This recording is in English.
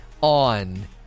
on